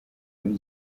muri